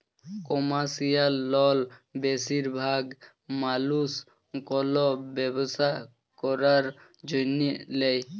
commercial লল বেশিরভাগ মালুস কল ব্যবসা ক্যরার জ্যনহে লেয়